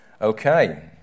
Okay